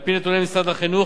על-פי נתוני משרד החינוך,